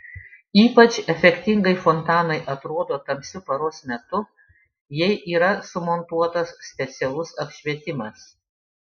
ypač efektingai fontanai atrodo tamsiu paros metu jei yra sumontuotas specialus apšvietimas